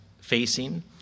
facing